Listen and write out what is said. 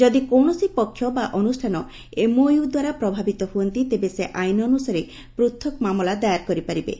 ଯଦି କୌଣସି ପକ୍ଷ ବା ଅନୁଷ୍ଠାନ ଏମ୍ଓୟୁ ଦ୍ୱାରା ପ୍ରଭାବିତ ହୁଅନ୍ତି ତେବେ ସେ ଆଇନ ଅନୁସାରେ ପୃଥକ ମାମଲା ଦାୟର କରିପାରିବେ